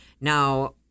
Now